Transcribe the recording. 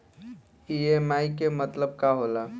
EMI के मतलब का होला?